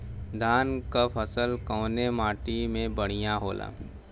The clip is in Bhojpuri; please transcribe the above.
धान क फसल कवने माटी में बढ़ियां होला?